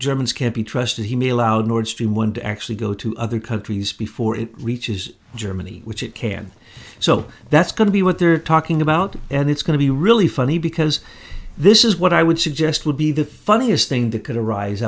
germans can't be trusted he may allow the nordstrom one to actually go to other countries before it reaches germany which it can so that's going to be what they're talking about and it's going to be really funny because this is what i would suggest would be the funniest thing that could arise